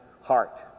heart